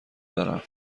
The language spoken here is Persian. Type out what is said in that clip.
دارم